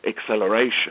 acceleration